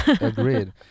agreed